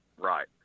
Right